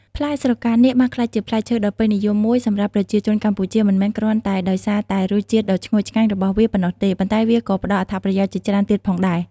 ផ្លែស្រកានាគបានក្លាយជាផ្លែឈើដ៏ពេញនិយមមួយសម្រាប់ប្រជាជនកម្ពុជា មិនមែនគ្រាន់តែដោយសារតែរសជាតិដ៏ឈ្ងុយឆ្ងាញ់របស់វាប៉ុណ្ណោះទេ ប៉ុន្តែវាក៏ផ្ដល់អត្ថប្រយោជន៍ជាច្រើនទៀតផងដែរ។